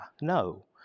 No